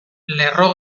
lerro